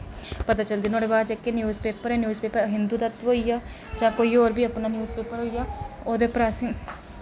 पता चलदी नुआढ़े बाद जेह्के newspaper newspaper Hindu तत्व होइया जां कोई और बी अपना न्यूज पेपर होइया ओह्दे पर असें